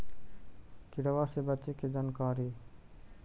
किड़बा से बचे के जानकारी?